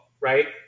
right